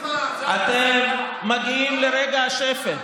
אתם מגיעים לרגע השפל,